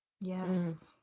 Yes